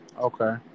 Okay